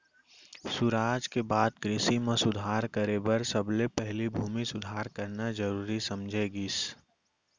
सुराज के बाद कृसि म सुधार करे बर सबले पहिली भूमि सुधार करना जरूरी समझे गिस